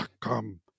Come